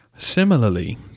Similarly